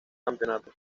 campeonato